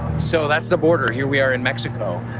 so, that's the border. here we are in mexico